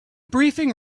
briefing